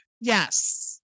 Yes